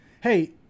hey